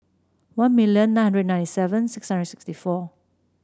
one million nine hundred nine seven six hundred sixty four